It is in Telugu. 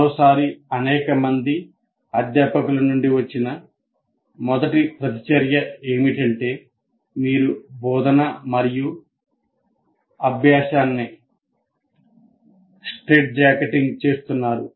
మరోసారి అనేక మంది అధ్యాపకుల నుండి వచ్చిన మొదటి ప్రతిచర్య ఏమిటంటే మీరు బోధన మరియు అభ్యాసాన్ని స్ట్రైట్జాకెట్ చేస్తున్నారు